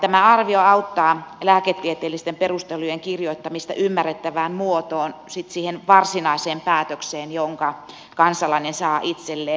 tämä arvio auttaa lääketieteellisten perustelujen kirjoittamista ymmärrettävään muotoon sitten siihen varsinaiseen päätökseen jonka kansalainen saa itselleen